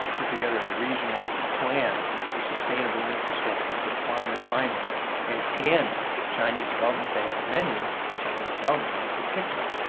put together a regional plan for sustainable infrastructure for climate finance and hand chinese development banks a and menu, the chinese development banks would pick some.